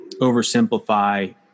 oversimplify